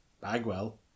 Bagwell